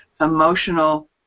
emotional